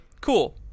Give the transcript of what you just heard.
cool